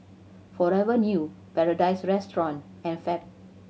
Forever New Paradise Restaurant and Fab